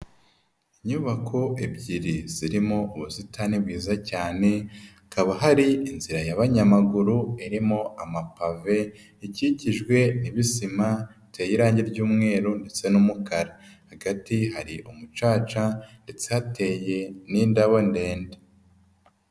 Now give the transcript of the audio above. Inyubako ebyiri zirimo ubusitani bwiza cyane, hakaba hari inzira y'abanyamaguru irimo amapave, ikikijwe n'ibisima biteye irange ry'umweru ndetse n'umukara. Hagati hari umucaca ndetse hateye n'indabo ndende.